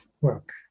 work